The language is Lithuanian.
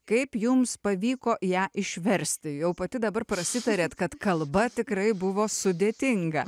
kaip jums pavyko ją išversti jau pati dabar prasitarėt kad kalba tikrai buvo sudėtinga